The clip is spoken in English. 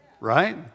right